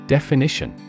Definition